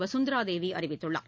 வசுந்தராதேவிஅறிவித்துள்ளார்